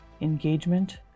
engagement